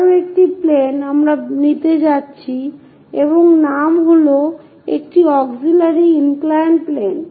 আরো একটি প্লেন আমরা নিতে যাচ্ছি এবং নাম হল একটি অক্সিলিয়ারি ইনক্লাইড প্লেন